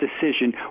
decision